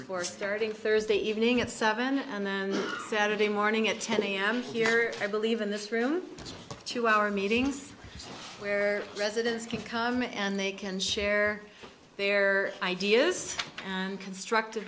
before starting thursday evening at seven and then saturday morning at ten am here i believe in this room to our meetings where residents can come and they can share their ideas and construct